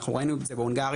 אנחנו ראינו את זה בהונגריה,